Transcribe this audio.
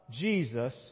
Jesus